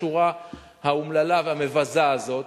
השורה האומללה והמבזה הזאת.